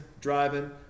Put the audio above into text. driving